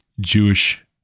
Jewish